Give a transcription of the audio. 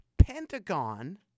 Pentagon